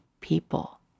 people